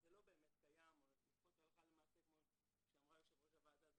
זה לא באמת קיים או לפחות הלכה למעשה כמו שאמרה יושבת ראש הוועדה,